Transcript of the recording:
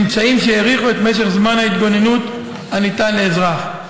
אמצעים שהאריכו את משך זמן ההתגוננות הניתן לאזרח.